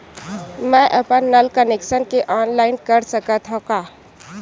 मैं अपन नल कनेक्शन के ऑनलाइन कर सकथव का?